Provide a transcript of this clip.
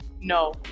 No